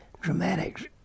dramatics